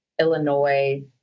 Illinois